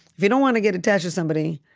if you don't want to get attached to somebody,